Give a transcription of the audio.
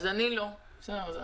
אני לא קיבלתי.